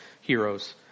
heroes